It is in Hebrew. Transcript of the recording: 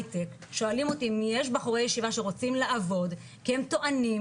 היי טק שואלים אותי אם יש בחורי ישיבה שרוצים לעבוד כי הם טוענים,